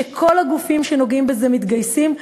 כשכל הגופים שנוגעים בזה מתגייסים,